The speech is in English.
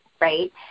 right